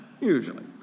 usually